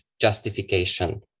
justification